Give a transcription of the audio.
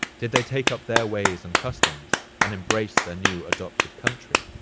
did they take up their ways and customs and embrace their new adopted country?